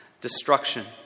destruction